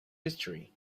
history